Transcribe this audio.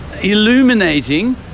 illuminating